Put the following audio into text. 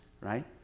right